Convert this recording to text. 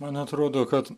man atrodo kad